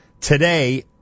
today